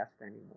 anymore